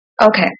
Okay